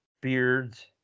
beards